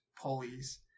pulleys